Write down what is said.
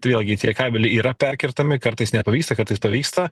tai vėlgi tie kabeliai yra perkertami kartais nepavyksta kartais pavyksta